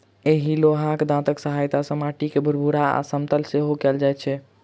एहि लोहाक दाँतक सहायता सॅ माटि के भूरभूरा आ समतल सेहो कयल जाइत छै